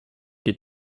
geht